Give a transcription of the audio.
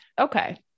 Okay